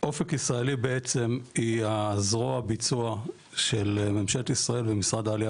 אופק ישראלי בעצם היא הזרוע ביצוע של ממשלת ישראל ומשרד העלייה